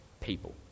people